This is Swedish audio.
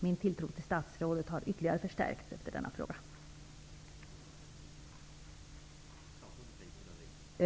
Min tilltro till statsrådet har ytterligare förstärkts efter detta frågesvar.